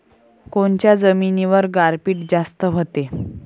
कोनच्या जमिनीवर गारपीट जास्त व्हते?